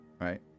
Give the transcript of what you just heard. right